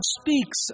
speaks